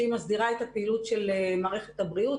שהיא מסדירה את הפעילות של מערכת הבריאות,